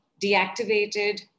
deactivated